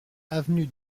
avenue